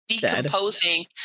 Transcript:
decomposing